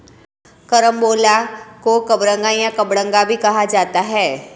carambola को कबरंगा या कबडंगा भी कहा जाता है